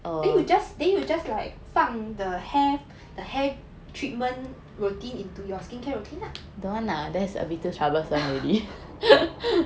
then you just then you just like 放 the hair the hair treatment routine into your skincare routine lah